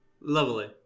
Lovely